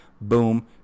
Boom